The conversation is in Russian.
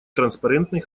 транспарентный